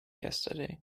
yesterday